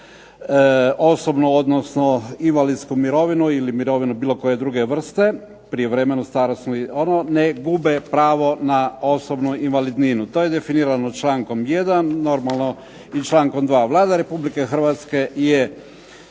osobnu odnosno invalidsku mirovinu ili mirovinu bilo koje druge vrste, prijevremenu, starosnu i ono ne gube pravo na osobnu invalidninu. To je definirano člankom 1., normalno i člankom 2. Vlada Republike Hrvatske je